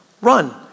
run